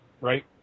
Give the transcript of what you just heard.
Right